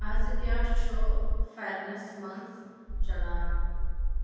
آزٕ کیٛاہ چھُ فٮ۪رنَس منٛز چلان